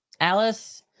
alice